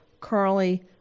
Carly